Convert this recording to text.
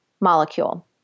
molecule